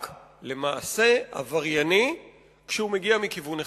למעשה עברייני רק כשהוא מגיע מכיוון אחד.